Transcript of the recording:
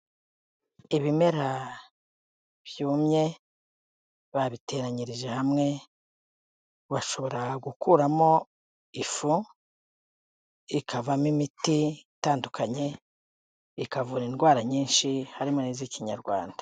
Ibimera byumye, babiteranyirije hamwe, bashobora gukuramo ifu, ikavamo imiti itandukanye, ikavura indwara nyinshi harimo n'iz'ikinyarwanda.